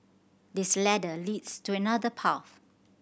this ladder leads to another path